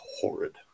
horrid